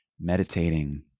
meditating